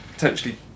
Potentially